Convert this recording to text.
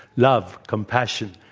love, compassion,